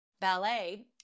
ballet